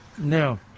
No